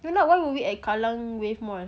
if not why were we at kallang wave mall